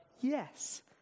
yes